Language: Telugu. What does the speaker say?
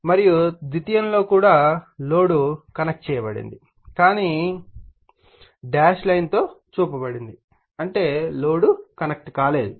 మరియు ద్వితీయం లో లోడ్ కూడా కనెక్ట్ చేయబడింది కానీ డాష్ లైన్ తో చూపబడింది అంటే లోడ్ కనెక్ట్ కాలేదు